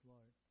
Lord